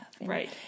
Right